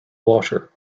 water